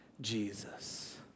Jesus